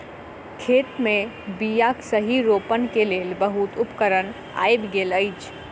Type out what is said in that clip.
खेत मे बीयाक सही रोपण के लेल बहुत उपकरण आइब गेल अछि